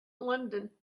london